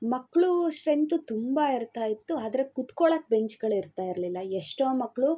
ಮಕ್ಳ ಸ್ಟ್ರೆಂತ್ ತುಂಬ ಇರ್ತಾ ಇತ್ತು ಆದರೆ ಕುತ್ಕೊಳೋಕ್ ಬೆಂಚುಗಳು ಇರ್ತಾ ಇರಲಿಲ್ಲ ಎಷ್ಟೋ ಮಕ್ಕಳು